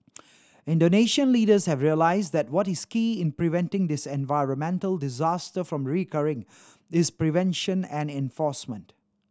Indonesian leaders have realised that what is key in preventing this environmental disaster from recurring is prevention and enforcement